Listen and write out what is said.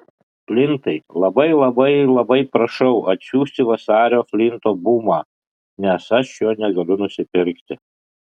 flintai labai labai labai prašau atsiųsti vasario flinto bumą nes aš jo negaliu nusipirkti